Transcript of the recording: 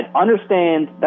understand